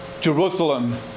Jerusalem